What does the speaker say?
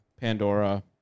Pandora